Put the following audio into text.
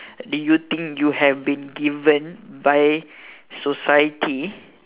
do you think you have been given by society